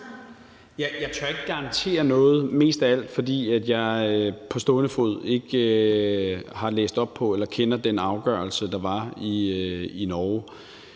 Jeg tør ikke garantere noget, mest af alt fordi jeg på stående fod ikke har læst op på eller kender den afgørelse, der var i Norge.